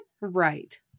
Right